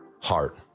heart